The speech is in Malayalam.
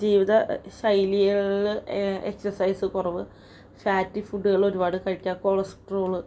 ജീവിത ശൈലികൾ എക്സസൈസ് കുറവു ഫാറ്റി ഫുഡ്ഡുകൾ ഒരുപാട് കഴിക്കുക കൊളസ്ട്രോൾ